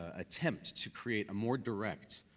ah attempt to create a more direct,